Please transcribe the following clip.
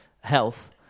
health